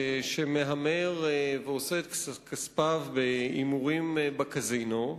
שמהמר ועושה את כספיו בהימורים בקזינו,